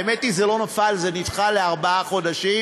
האמת היא שזה לא נפל, זה נדחה בארבעה חודשים,